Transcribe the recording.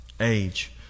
age